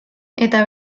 eta